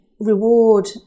reward